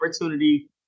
opportunity